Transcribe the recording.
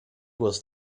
was